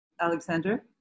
Alexander